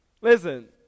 Listen